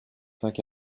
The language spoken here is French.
cinq